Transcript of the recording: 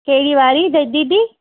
कहिड़ी वारी दीदी